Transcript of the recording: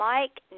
Mike